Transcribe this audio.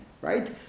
right